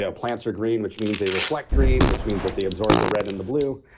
ah plants are green, which means they reflect green, which means that they absorb the red and the blue.